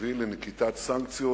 להביא לנקיטת סנקציות